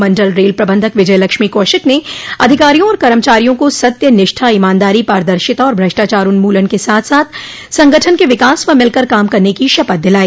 मंडल rail प्रबंधक विजय लक्ष्मी कौशिक ने अधिकारियों और कर्मचारियों को सत्य निष्ठा ईमानदारी पारदर्शिता और भ्रष्टाचार उन्मूलन के साथ साथ संगठन के विकास व मिलकर काम करने की शपथ दिलाई